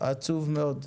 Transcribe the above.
עצוב מאוד.